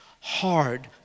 hard